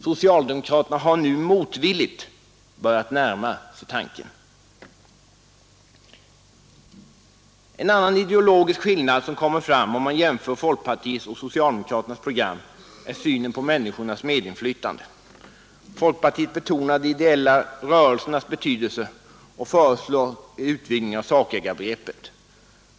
Socialdemokraterna har nu motvilligt börjat närma sig tanken. En annan ideologisk skillnad som kommer fram om man jämför folkpartiets och socialdemokraternas program gäller synen på människornas medinflytande. Folkpartiet betonar de ideella rörelsernas betydelse och föreslår utvidgning av sakägarbegreppet.